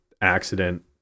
accident